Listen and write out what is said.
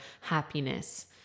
happiness